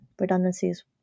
redundancies